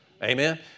Amen